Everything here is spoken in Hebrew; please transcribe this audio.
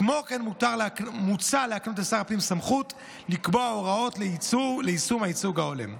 כמו כן מוצע להקנות לשר הפנים סמכות לקבוע הוראות ליישום הייצוג ההולם.